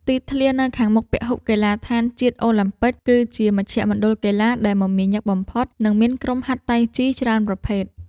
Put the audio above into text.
ទីធ្លានៅខាងមុខពហុកីឡដ្ឋានជាតិអូឡាំពិក គឺជាមជ្ឈមណ្ឌលកីឡាដែលមមាញឹកបំផុត និងមានក្រុមហាត់តៃជីច្រើនប្រភេទ។